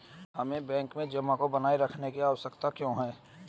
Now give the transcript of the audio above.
हमें बैंक में जमा को बनाए रखने की आवश्यकता क्यों है?